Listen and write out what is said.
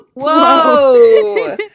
Whoa